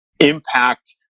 impact